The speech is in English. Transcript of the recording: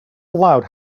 allowed